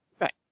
Right